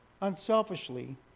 unselfishly